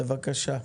בבקשה.